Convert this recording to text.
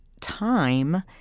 time